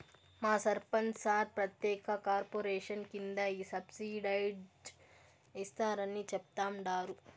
మా సర్పంచ్ సార్ ప్రత్యేక కార్పొరేషన్ కింద ఈ సబ్సిడైజ్డ్ ఇస్తారని చెప్తండారు